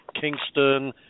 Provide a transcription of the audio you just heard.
kingston